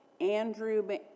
Andrew